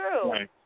true